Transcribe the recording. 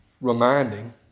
reminding